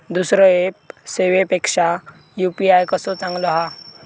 दुसरो ऍप सेवेपेक्षा यू.पी.आय कसो चांगलो हा?